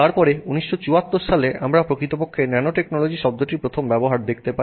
তারপরে 1974 সালে আমরা প্রকৃতপক্ষে ন্যানোটেকনোলজি শব্দটির প্রথম ব্যবহার দেখতে পাই